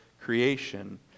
creation